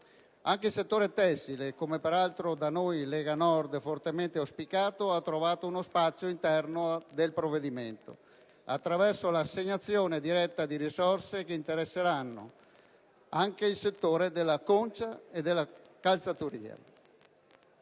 Anche il settore tessile, come peraltro da noi della Lega Nord fortemente auspicato, ha trovato spazio all'interno del provvedimento, attraverso l'assegnazione diretta di risorse che interesseranno anche i settori della concia e calzaturiero,